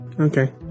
okay